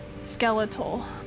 skeletal